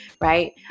right